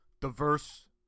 diverse